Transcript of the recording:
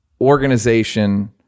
Organization